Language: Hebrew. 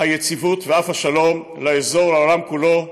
היציבות ואף השלום לאזור ולעולם כולו,